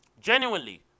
genuinely